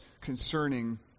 concerning